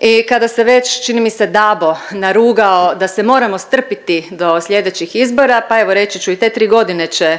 i kada se već, čini mi se, Dabo narugao da se moramo strpiti do sljedećih izbora, pa evo reći ću i te tri godine će